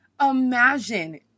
Imagine